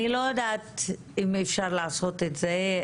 אני לא יודעת אם אפשר לעשות את זה.